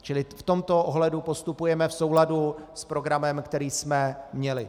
Čili v tomto ohledu postupujeme v souladu s programem, který jsme měli.